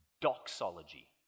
doxology